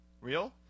Real